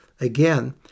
again